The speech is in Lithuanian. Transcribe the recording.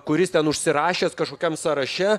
kuris ten užsirašęs kažkokiam sąraše